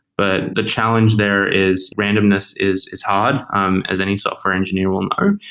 but the challenge there is randomness is is hard um as any software engineer will know.